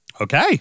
Okay